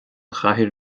chathaoir